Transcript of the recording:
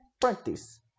practice